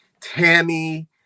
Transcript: Tammy